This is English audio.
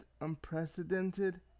unprecedented